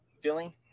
feeling